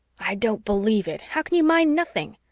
i don't believe it, how can you mine nothing?